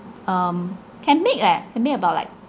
um can make leh can make about like